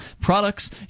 products